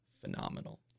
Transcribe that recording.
phenomenal